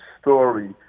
story